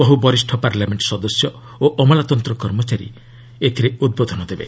ବହ୍ର ବରିଷ୍ଣ ପାର୍ଲାମେଣ୍ଟ ସଦସ୍ୟ ଓ ଅମଲାତନ୍ତ୍ର କର୍ମଚାରୀ ଏଥିରେ ଉଦ୍ବୋଧନ ଦେବେ